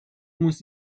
muss